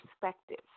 perspective